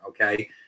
okay